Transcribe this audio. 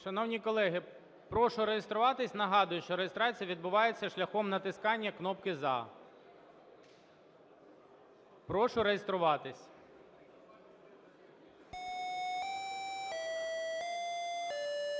Шановні колеги, прошу реєструватись. Нагадую, що реєстрація відбувається шляхом натискання кнопки "за". Прошу реєструватись.